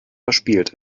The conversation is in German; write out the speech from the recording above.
verspielt